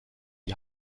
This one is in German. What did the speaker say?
die